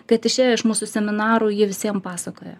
kad išėję iš mūsų seminarų jie visiem pasakoja